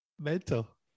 Mental